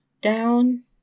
down